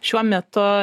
šiuo metu